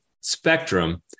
spectrum